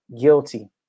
guilty